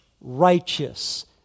righteous